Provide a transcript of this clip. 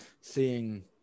seeing